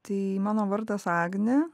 tai mano vardas agnė